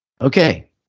Okay